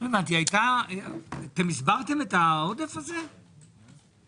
מכתב שזה נמצא בטיפול ונחזור אליכם כשתהיה תשובה.